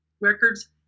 record's